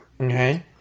Okay